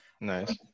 nice